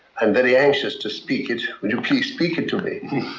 i'm very anxious to speak it. will you please speak it to me?